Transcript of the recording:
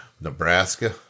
Nebraska